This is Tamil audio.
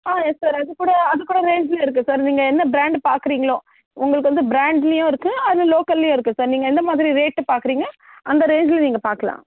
ஆ யெஸ் சார் அதுக்கூட அதுக்கூட ரேஞ்சில் இருக்கு சார் நீங்கள் எந்த ப்ரான்டு பார்க்குறீங்களோ உங்களுக்கு வந்து ப்ராண்ட்லையும் இருக்கு அது லோக்கல்லையும் இருக்கு சார் நீங்கள் எந்தமாதிரி ரேட்டு பார்க்குறீங்க அந்த ரேஞ்சில் நீங்கள் பார்க்கலாம்